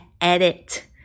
edit